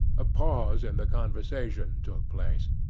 a pause in the conversation took place.